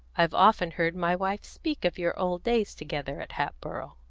i've often heard my wife speak of your old days together at hatboro'.